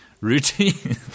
Routine